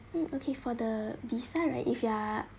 mm okay for the visa right if you are